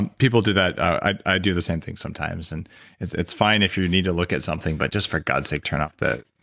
and people do that. i do the same thing sometimes and it's it's fine if you need to look at something, but just for god's sake, turn off the.